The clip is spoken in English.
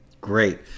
great